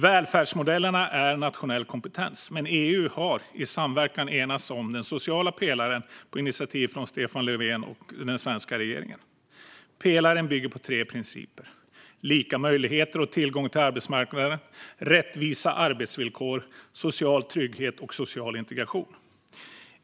Välfärdsmodellerna är nationell kompetens, men EU har i samverkan enats om den sociala pelaren på initiativ från Stefan Löfven och den svenska regeringen. Pelaren bygger på tre principer: lika möjligheter och tillgång till arbetsmarknaden, rättvisa arbetsvillkor samt social trygghet och social integration.